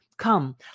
Come